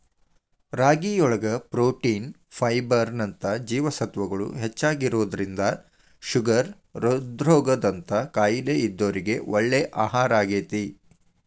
ರಾಗಿಯೊಳಗ protein, fibre ನಂತ ಜೇವಸತ್ವಗಳು ಹೆಚ್ಚಾಗಿರೋದ್ರಿಂದ ಶುಗರ್, ಹೃದ್ರೋಗ ದಂತ ಕಾಯಲೇ ಇದ್ದೋರಿಗೆ ಒಳ್ಳೆ ಆಹಾರಾಗೇತಿ